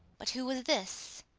but who was this?